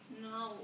No